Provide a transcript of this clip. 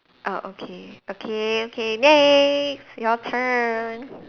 oh okay okay okay okay next your turn